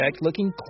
looking